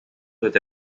doit